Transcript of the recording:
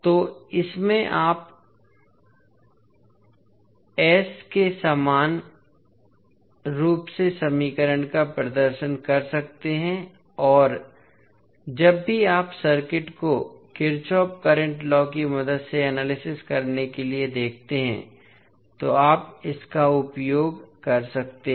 तो इसमें आप Is के लिए समान रूप से समीकरण का प्रदर्शन कर सकते हैं और जब भी आप सर्किट को किरचॉफ करंट लॉ की मदद से एनालिसिस करने के लिए देखते हैं तो आप इसका उपयोग कर सकते हैं